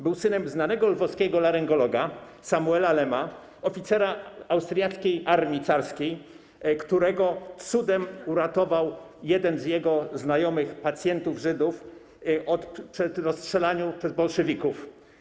Był synem znanego lwowskiego laryngologa Samuela Lema, oficera austriackiej armii carskiej, którego cudem uratował jeden z jego znajomych pacjentów Żydów przed rozstrzelaniem przez bolszewików.